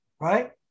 right